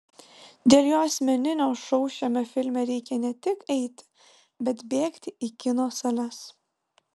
dėl jo asmeninio šou šiame filme reikia ne tik eiti bet bėgti į kino sales